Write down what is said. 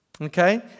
Okay